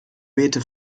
beete